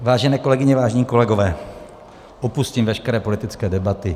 Vážené kolegyně, vážení kolegové, opustím veškeré politické debaty.